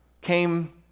came